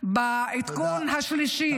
שבעדכון השלישי --- תודה.